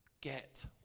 Get